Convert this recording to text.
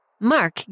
Mark